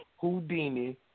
Houdini